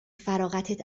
فراغتت